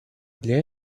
для